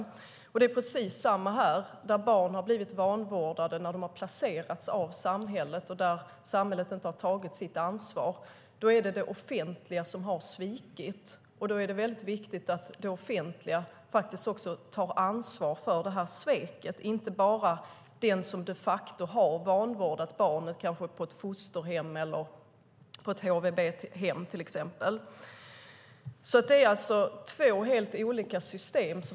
Det är fråga om precis samma sak här, där barn har blivit vanvårdade när de har placerats av samhället och samhället inte har tagit sitt ansvar. Det är då det offentliga som har svikit. Det är viktigt att det offentliga tar ansvar för sveket, inte bara den som de facto har vanvårdat barnet i ett fosterhem eller i HVB. Vi talar här om två olika system.